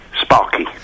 Sparky